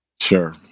sure